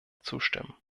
zustimmen